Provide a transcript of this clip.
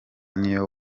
niyo